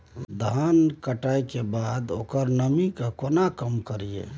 धान की कटाई के बाद उसके नमी के केना कम करियै?